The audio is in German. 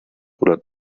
oder